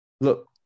Look